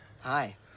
Hi